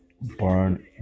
Burn